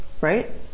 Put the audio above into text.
right